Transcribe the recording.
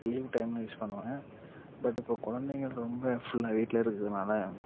leave டைமில் use பண்ணுவேன் but இப்போ குழந்தைகள் ரொம்ப ஃபுல்லாக வீட்டில் இருக்கிறதுனால